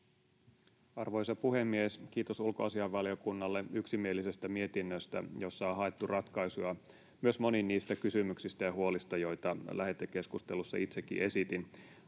Arvoisa puhemies! Kiitos ulkoasiainvaliokunnalle yksimielisestä mietinnöstä, jossa on haettu ratkaisua myös moniin niistä kysymyksistä ja huolista, joita lähetekeskustelussa itsekin esitin.